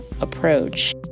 approach